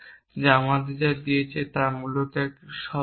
এবং তারা আমাদের যা দিয়েছে তা মূলত একটি শব্দ